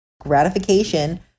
gratification